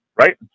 right